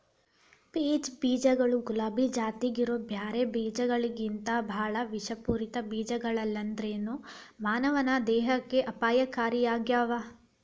peach ಬೇಜಗಳು ಗುಲಾಬಿ ಜಾತ್ಯಾಗಿರೋ ಬ್ಯಾರೆ ಬೇಜಗಳಿಗಿಂತಬಾಳ ವಿಷಪೂರಿತ ಬೇಜಗಳಲ್ಲದೆದ್ರು ಮಾನವನ ದೇಹಕ್ಕೆ ಅಪಾಯಕಾರಿಯಾಗ್ಯಾವ